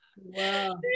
Wow